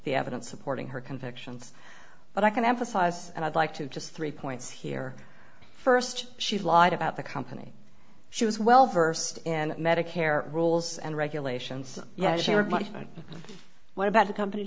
supporting her convictions but i can emphasize and i'd like to just three points here first she lied about the company she was well versed in medicare rules and regulations yeah sure but what about the company